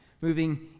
moving